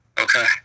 Okay